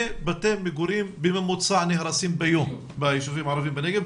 בתי מגורים בממוצע שנהרסים ביום בישובים הערבים בנגב.